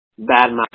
badmouth